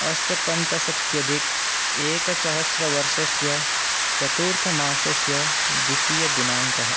अष्टपञ्चाशदधिक एकसहस्रवर्षस्य चतुर्थमासस्य द्वितीयदिनाङ्कः